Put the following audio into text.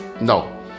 No